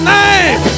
name